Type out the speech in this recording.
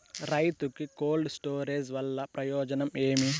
రైతుకు cold storage వల్ల ప్రయోజనం ఏమి?